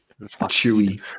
chewy